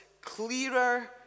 clearer